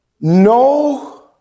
no